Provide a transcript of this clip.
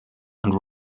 and